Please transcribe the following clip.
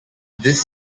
this